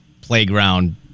playground